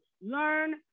Learn